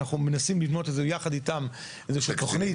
אנחנו מנסים לבנות ביחד איתם איזושהי תוכנית.